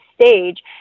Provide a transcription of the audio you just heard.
stage